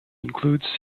include